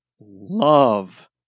love